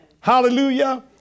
Hallelujah